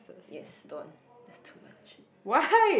yes don't that's too much